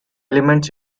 elements